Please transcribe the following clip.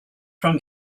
from